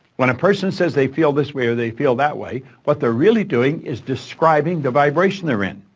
when a person says they feel this way or they feel that way, what they're really doing is describing the vibration they're in.